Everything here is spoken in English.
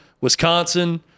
Wisconsin